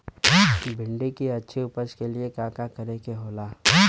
भिंडी की अच्छी उपज के लिए का का करे के होला?